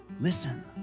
listen